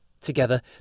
Together